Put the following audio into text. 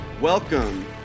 welcome